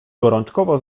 gorączkowo